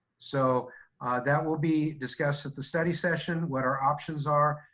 so that will be discussed at the study session, what our options are,